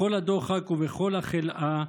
בכל הדוחק ובכל החלאה,